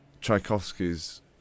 Tchaikovsky's